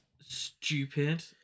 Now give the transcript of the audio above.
stupid